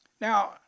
Now